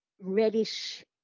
reddish